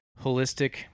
holistic